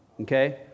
Okay